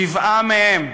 שבעה מהם,